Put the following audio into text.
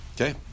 Okay